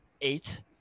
eight